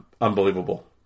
Unbelievable